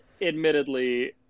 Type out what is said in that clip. admittedly